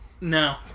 No